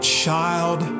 child